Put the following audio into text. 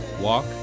walk